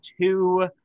two